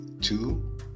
two